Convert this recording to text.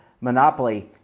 Monopoly